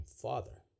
father